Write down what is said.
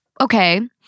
Okay